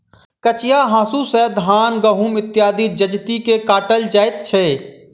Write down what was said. कचिया हाँसू सॅ धान, गहुम इत्यादि जजति के काटल जाइत छै